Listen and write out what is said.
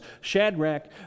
Shadrach